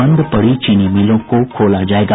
बंद पड़ी चीनी मिलों को खोला जायेगा